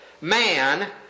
man